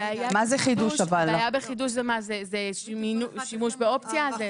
הבעיה בחידוש, מה, שימוש באופציה?